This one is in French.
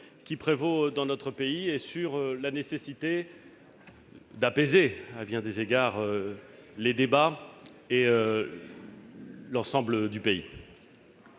qui prévaut en France et sur la nécessité d'apaiser, à bien des égards, les débats et l'ensemble du pays.